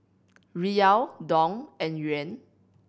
Riyal Dong and Yuan